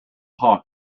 hawk